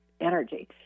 energy